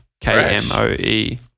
K-M-O-E